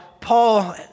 Paul